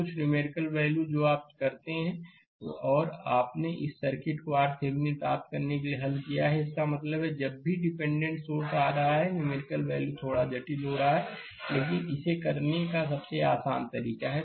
कुछ numerical value जो आप करते हैं और आपने इस सर्किट को RThevenin प्राप्त करने के लिए हल किया है इसका मतलब है जब भी डिपेंडेंट सोर्स आ रहा है किन्यूमेरिकल वैल्यू थोड़ा जटिल हो रहा है लेकिन इसे करने का सबसे आसान तरीका है